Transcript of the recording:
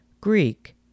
Greek